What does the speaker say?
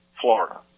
Florida